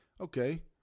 Okay